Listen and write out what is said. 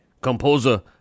composer